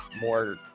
more